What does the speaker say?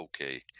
okay